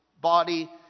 body